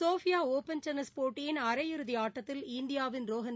Sophia Open tennis போட்டியின் அரை இறதி ஆட்டத்தில் இந்தியாவின் ரோகன்